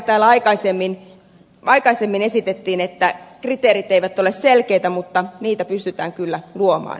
vaikka täällä aikaisemmin esitettiin että kriteerit eivät ole selkeitä mutta niitä pystytään kyllä luomaan